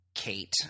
Kate